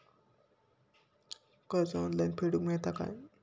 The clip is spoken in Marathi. कर्ज ऑनलाइन फेडूक मेलता काय?